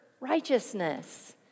righteousness